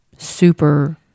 Super